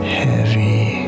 heavy